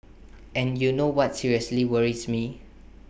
and you know what seriously worries me